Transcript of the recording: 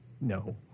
No